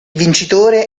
vincitore